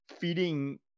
feeding